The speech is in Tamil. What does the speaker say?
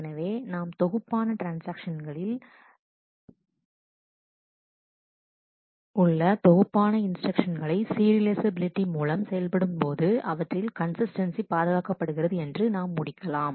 எனவே நாம் தொகுப்பான ட்ரான்ஸ்ஆக்ஷன்களில் உள்ள தொகுப்பான இன்ஸ்டிரக்ஷன்ஸ்களை சீரியலைஃசபிலிட்டியின் மூலம் செயல்படும்போது அவற்றின் கன்சிஸ்டன்ஸி பாதுகாக்கப்படுகிறது என்று நாம் முடிக்கலாம்